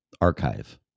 archive